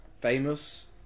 famous